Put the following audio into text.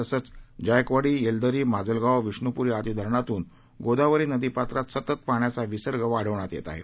तसंच जायकवाडी येलदरी माजलगाव विष्णुपूरी आदी धरणातून गोदावरी नदी पात्रात सतत पाण्याचा विसर्ग वाढवण्यात येत आहे